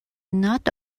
not